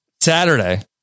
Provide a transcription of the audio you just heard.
Saturday